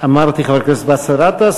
אמרתי חבר הכנסת באסל גטאס,